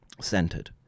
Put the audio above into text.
centered